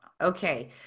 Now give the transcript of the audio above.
Okay